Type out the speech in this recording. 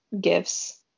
gifts